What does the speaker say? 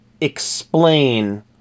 explain